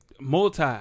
Multi